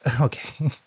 okay